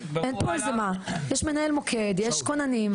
אין פה איזה מה, יש מנהל מוקד, יש כוננים.